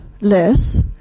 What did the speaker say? less